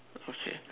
okay